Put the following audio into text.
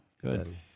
Good